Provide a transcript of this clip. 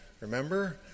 remember